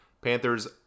Panthers